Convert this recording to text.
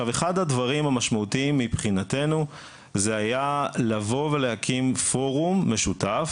אחד הדברים המשמעותיים מבחינתנו זה היה להקים פורום משותף